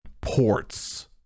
ports